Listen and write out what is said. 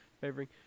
Favoring